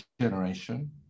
generation